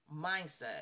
mindset